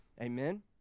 Amen